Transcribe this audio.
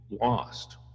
lost